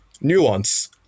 nuance